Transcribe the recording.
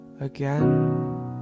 Again